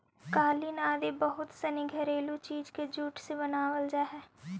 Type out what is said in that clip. कालीन आदि बहुत सनी घरेलू चीज के जूट से बनावल जा हइ